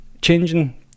changing